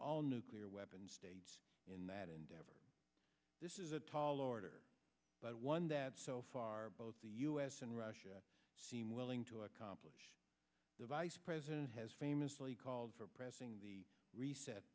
all nuclear weapons states in that endeavor this is a tall order but one that so far both the u s and russia seem willing to accomplish the vice president has famously called for pressing the reset